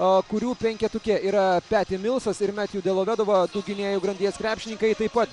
a kurių penketuke yra peti milsas ir metju delavedova tų gynėjų grandies krepšininkai taip pat